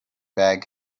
bag